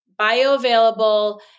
bioavailable